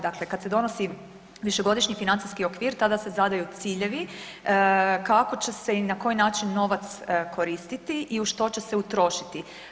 Dakle, kad se donosi višegodišnji financijski okvir tada se zadaju ciljevi kako će se i na koji način novac koristiti i u što će se utrošiti.